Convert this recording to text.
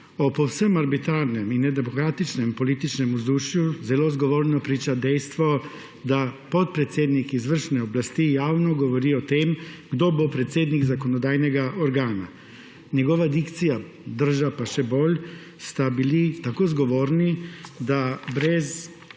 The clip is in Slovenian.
O povsem arbitrarnem in nedemokratičnem političnem vzdušju zelo zgovorno priča dejstvo, da podpredsednik izvršne oblasti javno govori o tem, kdo bo predsednik zakonodajnega organa. Njegova dikcija, drža pa še bolj, sta bili tako zgovorni, da brez